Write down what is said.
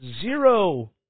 zero